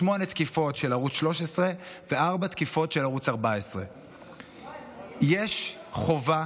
שמונה תקיפות של ערוץ 13 וארבע תקיפות של ערוץ 14. יש חובה